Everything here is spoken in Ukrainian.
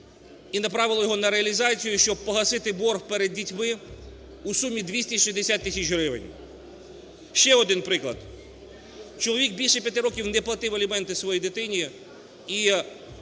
і направила його на реалізацію, щоб погасити борг перед дітьми у сумі 260 тисяч гривень. Ще один приклад. Чоловік більше 5 років не платив аліменти своїй дитині